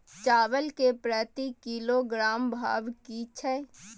चावल के प्रति किलोग्राम भाव की छै?